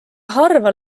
harva